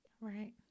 Right